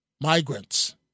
Migrants